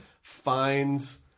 finds